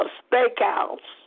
steakhouse